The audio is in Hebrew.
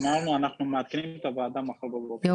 אנחנו מעדכנים את הוועדה מחר בבוקר.